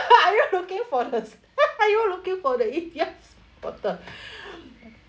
are you looking for this are you looking for the evian water